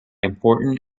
important